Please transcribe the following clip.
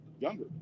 younger